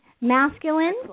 masculine